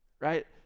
right